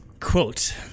quote